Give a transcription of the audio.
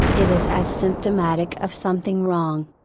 it is as symptomatic of something wrong.